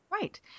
Right